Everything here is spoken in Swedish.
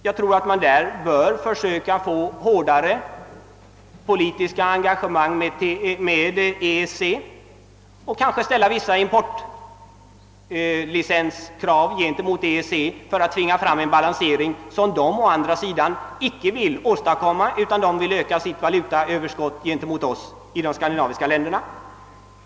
Jag tror att man bör försöka få hårdare politiska engagemang med EEC och kanske ställa vissa importlicenskrav gentemot EEC för att tvinga fram en balansering. Något sådant vill emellertid EEC-länderna inte åstadkomma, utan de vill öka sitt valutaöverskott gentemot oss i de skandinaviska länderna.